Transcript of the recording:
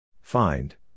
Find